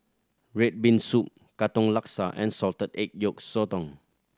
red bean soup Katong Laksa and salted egg yolk sotong